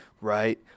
right